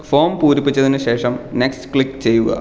form പൂരിപ്പിച്ചതിന് ശേഷം next click ചെയ്യുക